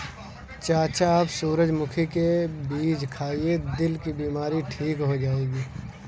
चाचा आप सूरजमुखी के बीज खाइए, दिल की बीमारी ठीक हो जाएगी